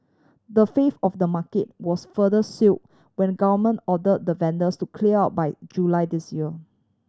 the fifth of the market was further seal when government order the vendors to clear out by July this year